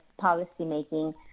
policymaking